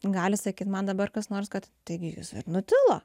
gali sakyt man dabar kas nors kad taigi jis nutilo